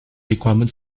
requirement